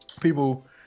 people